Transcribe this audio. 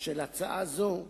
של הצעה זו,